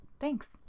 Thanks